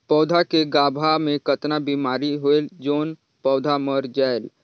पौधा के गाभा मै कतना बिमारी होयल जोन पौधा मर जायेल?